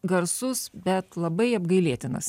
garsus bet labai apgailėtinas